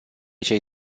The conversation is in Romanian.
cei